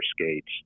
Skates